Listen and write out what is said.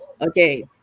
Okay